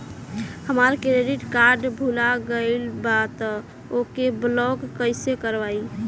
हमार credit card भुला गएल बा त ओके ब्लॉक कइसे करवाई?